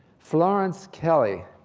florence kelley